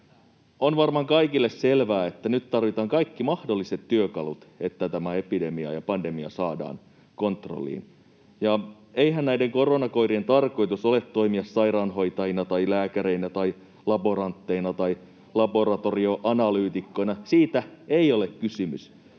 On varmaan kaikille selvää, että nyt tarvitaan kaikki mahdolliset työkalut, että tämä epidemia ja pandemia saadaan kontrolliin. Ja eihän näiden koronakoirien tarkoitus ole toimia sairaanhoitajina tai lääkäreinä tai laborantteina tai laboratorioanalyytikkoina, siitä ei ole kysymys.